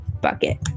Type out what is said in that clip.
bucket